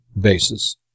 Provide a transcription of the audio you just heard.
bases